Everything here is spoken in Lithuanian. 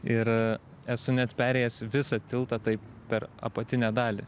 ir esu net perėjęs visą tiltą taip per apatinę dalį